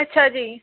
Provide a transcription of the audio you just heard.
ਅੱਛਾ ਜੀ